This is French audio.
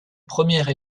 première